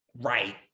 right